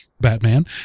Batman